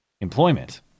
employment